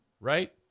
right